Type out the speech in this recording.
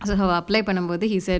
apply பண்ணும் போது:pannum pothu he said